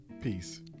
peace